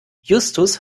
justus